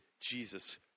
jesus